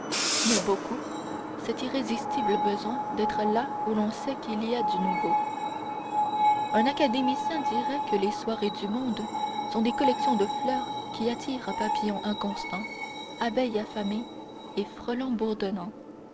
mais beaucoup cet irrésistible besoin d'être là où l'on sait qu'il y a du nouveau un académicien dirait que les soirées du monde sont des collections de fleurs qui attirent papillons inconstants abeilles affamées et frelons